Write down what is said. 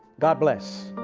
god bless.